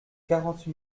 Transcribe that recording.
quarante